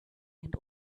and